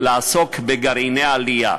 לעסוק בגרעיני עלייה.